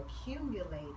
accumulated